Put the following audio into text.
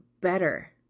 better